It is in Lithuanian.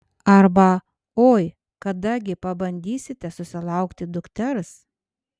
arba oi kada gi pabandysite susilaukti dukters